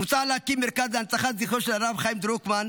מוצע להקים מרכז להנצחת זכרו של הרב חיים דרוקמן,